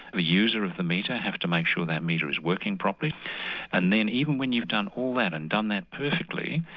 the user of the metre has to make sure that metre is working properly and then, even when you've done all that and done that perfectly,